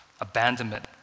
abandonment